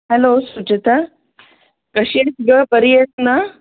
hello Sucheta कशी आहेस गं बरी आहेस ना